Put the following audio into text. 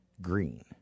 Green